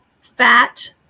fat